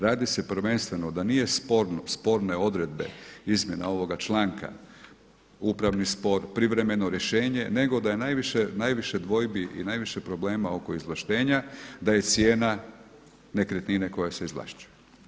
Radi se prvenstveno da nije sporne odredbe izmjena ovoga članka, upravni spor, privremeno rješenje nego da je najviše dvojbi i najviše problema oko izvlaštenja, da je cijena nekretnine koja se izvlašćuje.